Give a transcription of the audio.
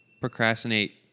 procrastinate